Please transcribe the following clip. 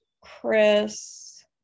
chris